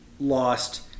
lost